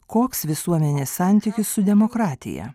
koks visuomenės santykis su demokratija